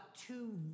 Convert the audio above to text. two